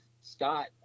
scott